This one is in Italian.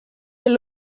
del